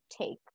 take